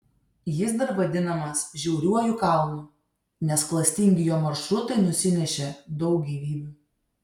jis dar vadinamas žiauriuoju kalnu nes klastingi jo maršrutai nusinešė daug gyvybių